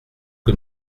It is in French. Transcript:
que